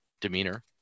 demeanor